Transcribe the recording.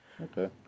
Okay